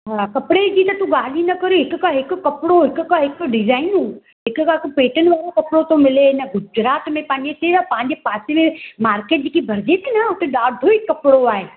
हा कपिड़े जी त तूं ॻाल्हि ई न करि हिकु खां हिकु कपिड़ो हिकु खां हिकु डिजाईनूं हिकु खां हिकु पेटर्नूं कपिड़ो थो मिले इन गुजरात में पंहिंजे केरु आहे पंहिंजे पासे में मार्केट जेकी बणिजे थी न उते ॾाढो ई कपिड़ो आहे